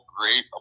great